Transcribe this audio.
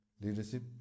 leadership